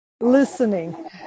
listening